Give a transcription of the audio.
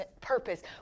purpose